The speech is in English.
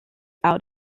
out